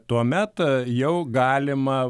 tuomet jau galima